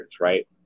right